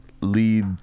lead